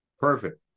Perfect